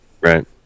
right